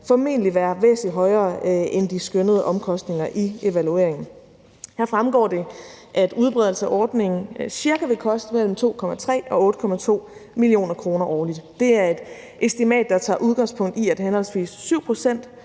formentlig være væsentlig højere end de skønnede omkostninger i evalueringen. Her fremgår det, at udbredelse af ordningen cirka vil koste mellem 2,3 og 8,2 mio. kr. årligt. Det er et estimat, der tager udgangspunkt i, at henholdsvis 7 pct.